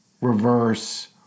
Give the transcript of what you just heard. reverse